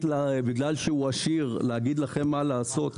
בגלל שהוא עשיר להגיד לכם מה לעשות,